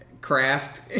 craft